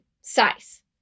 size